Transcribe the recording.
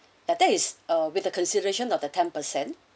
that is uh with the consideration of the ten percent